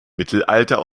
mittelalter